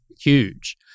huge